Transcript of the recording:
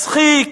מצחיק,